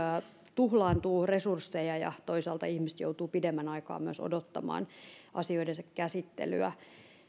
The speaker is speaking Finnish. tuhlaantuu resursseja ja toisaalta ihmiset joutuvat pidemmän aikaa myös odottamaan asioidensa käsittelyä